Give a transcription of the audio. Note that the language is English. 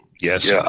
Yes